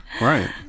Right